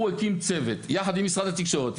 הוא הקים צוות יחד עם משרד התקשורת,